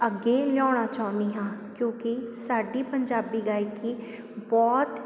ਅੱਗੇ ਲਿਆਉਣਾ ਚਾਹੁੰਦੀ ਹਾਂ ਕਿਉਂਕਿ ਸਾਡੀ ਪੰਜਾਬੀ ਗਾਇਕੀ ਬਹੁਤ